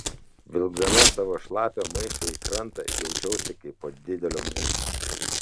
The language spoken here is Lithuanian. vilkdama savo šlapią maišą į krantą jaučiausi kaip po didelio mūšio